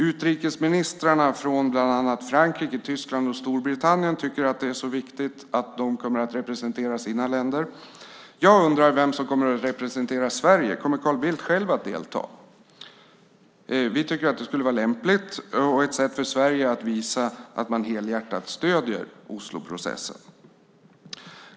Utrikesministrarna från bland annat Frankrike, Tyskland och Storbritannien tycker att det är så viktigt att de kommer att representera sina länder. Jag undrar vem som kommer att representera Sverige. Kommer Carl Bildt att själv delta? Vi tycker att det vore lämpligt och ett sätt för Sverige att visa att vi helhjärtat stöder Osloprocessen.